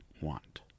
want